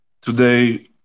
Today